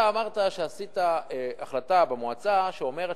אתה אמרת שהעברת החלטה במועצה שאומרת